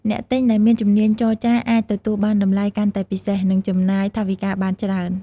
អ្នកទិញដែលមានជំនាញចរចាអាចទទួលបានតម្លៃកាន់តែពិសេស និងចំណេញថវិកាបានច្រើន។